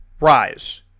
Rise